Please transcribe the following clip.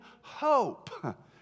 hope